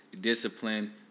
discipline